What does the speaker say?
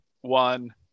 one